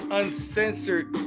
uncensored